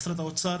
משרד האוצר.